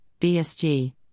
BSG